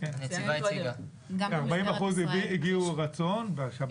כ-40% הביעו רצון בשב"ס.